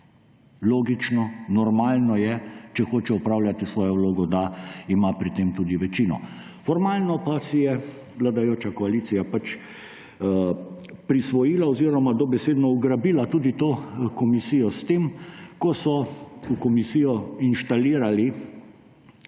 Logično in normalno je, če hoče opravljati svojo vlogo, da ima pri tem tudi večino. Formalno pa si je vladajoča koalicija pač prisvojila oziroma dobesedno ugrabila tudi to komisijo s tem, ko so v komisijo inštalirali